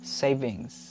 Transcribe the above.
savings